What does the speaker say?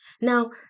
Now